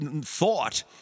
thought